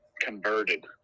converted